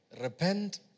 Repent